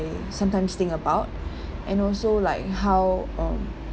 sometimes think about and also like how um